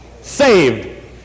Saved